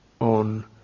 on